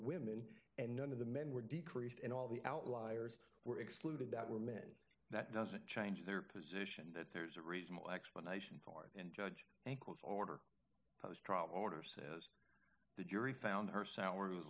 women and none of the men were decreased and all the outliers were excluded that were men that doesn't change their position that there's a reasonable explanation for it and judge anklets order order says the jury found her sauer was